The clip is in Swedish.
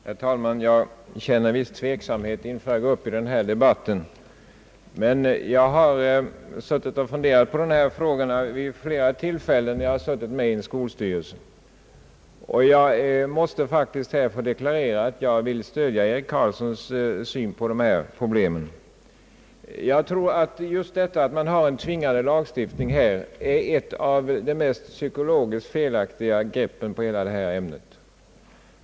Herr talman! Jag känner en viss tveksamhet mot att ta till orda i denna de batt, men jag har funderat på dessa frågor vid flera tillfällen då jag har suttit med i en skolstyrelse. Jag måste därför här deklarera att jag delar herr Eric Carlssons uppfattning när det gäller dessa problem. Jag tror att den omständigheten att det finns en tvingande lagstiftning på detta område är ett av de mest psykologiskt felaktiga greppen på detta ämne.